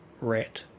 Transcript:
rat